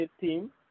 team